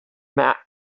back